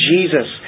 Jesus